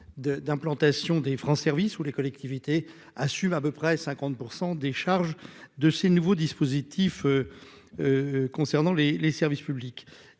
d'implantation des francs service ou les collectivités assume à peu près 50 % des charges de ces nouveaux dispositifs concernant les les services publics,